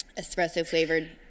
espresso-flavored